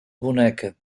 boneca